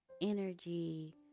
energy